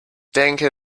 denke